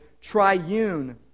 triune